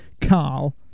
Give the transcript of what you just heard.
carl